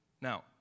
Now